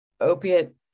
opiate